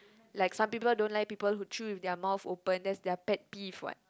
like some people don't like people who chew with their mouth open that's their pet peeve what